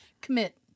commit